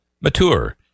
mature